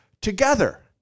together